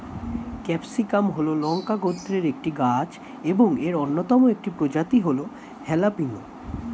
capsicum হল লঙ্কা গোত্রের একটি গাছ এবং এর অন্যতম একটি প্রজাতি হল হ্যালাপিনো